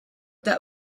that